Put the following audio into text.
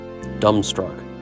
Dumbstruck